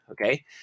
okay